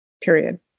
period